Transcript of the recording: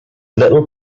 little